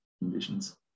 conditions